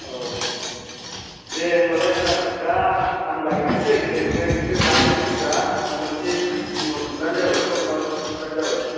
औ दे होनबालाय सार दा आं लायनोसै नै ओमफ्राय नोंसोर दाहाय फैबा खनसे बुंहरफिनबानो जाबाय क'ल खालाम हरफिनबानो जाबाय